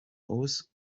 aus